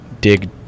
dig